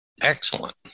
Excellent